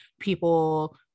people